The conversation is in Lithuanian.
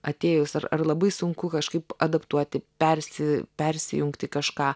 atėjus ar ar labai sunku kažkaip adaptuoti persi persijungti kažką